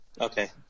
Okay